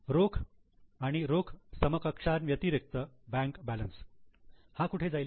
रोख आणि रोख समकक्षांव्यतिरिक्त बँक बॅलन्स हा कुठे जाईल